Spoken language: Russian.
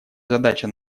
задача